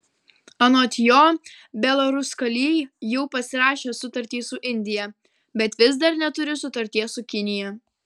anot jo belaruskalij jau pasirašė sutartį su indija bet vis dar neturi sutarties su kinija